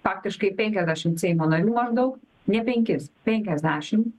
faktiškai penkiasdešimt seimo narių maždaug ne penkis penkiasdešim